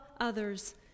others